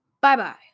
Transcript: Bye-bye